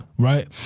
Right